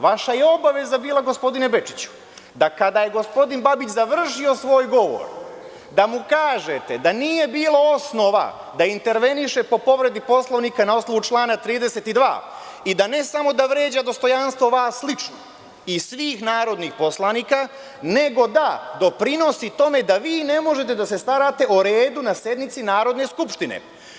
Vaša je obaveza bila, gospodine Bečiću, kada je gospodin Babić završio svoj govor, da mu kažete da nije bilo osnova da interveniše po povredi Poslovnika na osnovu člana 32. i da ne samo da vređa dostojanstvo vas lično i svih narodnih poslanika, nego da doprinosi tome da vi ne možete da se starate o redu na sednici Narodne skupštine.